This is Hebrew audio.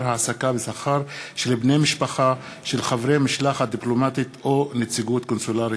העסקה בשכר של בני-משפחה של חברי משלחת דיפלומטית או נציגות קונסולרית.